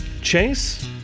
Chase